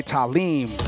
Talim